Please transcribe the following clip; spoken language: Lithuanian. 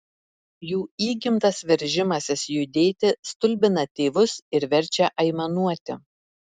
jų įgimtas veržimasis judėti stulbina tėvus ir verčia aimanuoti